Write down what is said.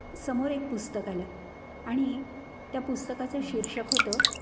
समोर एक पुस्तक आलं आणि त्या पुस्तकाचं शीर्षक होतं